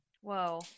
Whoa